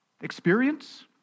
experience